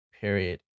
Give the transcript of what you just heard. period